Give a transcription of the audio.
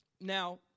Now